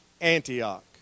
Antioch